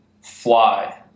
fly